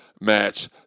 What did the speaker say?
match